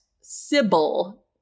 Sybil